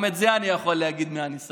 מנגיש, וגם את זה אני יכול להגיד מניסיון.